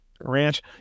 Ranch